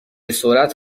سرعت